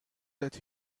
that